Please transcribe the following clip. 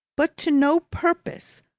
but to no purpose,